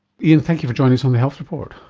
ian, thank you for joining us on the health report.